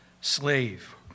slave